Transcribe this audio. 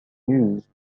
news